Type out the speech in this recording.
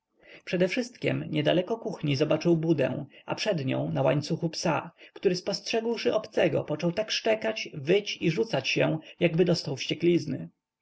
zasławku przedewszystkiem niedaleko kuchni zobaczył budę a przed nią na łańcuchu psa który spostrzegłszy obcego począł tak szczekać wyć i rzucać się jakby dostał